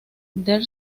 der